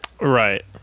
right